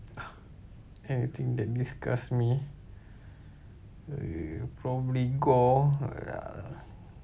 oh anything that disgust me uh probably gore uh